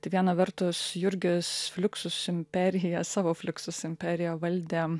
tai viena vertus jurgis fluxus imperija savo fluxus imperiją valdė